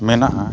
ᱢᱮᱱᱟᱜᱼᱟ